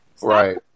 Right